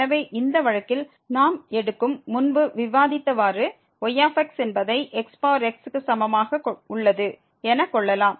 எனவே இந்த வழக்கில் நாம் எடுக்கும் முன்பு விவாதித்தவாறு y என்பதை xx க்கு சமமாக உள்ளது என கொள்ளலாம்